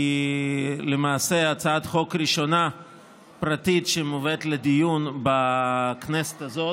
כי זו למעשה הצעת חוק פרטית ראשונה שמובאת לדיון בכנסת הזאת.